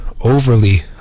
overly